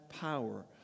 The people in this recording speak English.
power